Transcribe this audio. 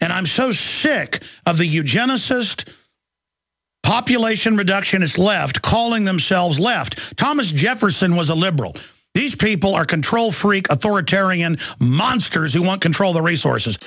and i'm so shank of the eugenicist population reduction is left calling themselves left thomas jefferson was a liberal these people are control freak authoritarian monsters who want control the resources